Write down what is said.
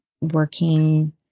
working